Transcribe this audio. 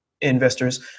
investors